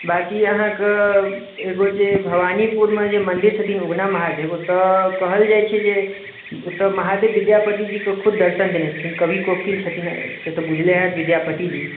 बांकी अहाँके एगो जे भावानीपुरमे जे मन्दिर छथिन उगना महादेव ओतय कहल जाइ छै जे ओतय महादेव विद्यापति जी के खुद दर्शन देने छथिन कवि कोकिल छथिन से तऽ बुझले होयत विद्यापति जी